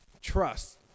trust